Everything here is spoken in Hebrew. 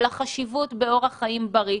על החשיבות באורח חיים בריא.